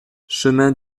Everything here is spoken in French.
chemin